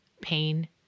pain